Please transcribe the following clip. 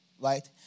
right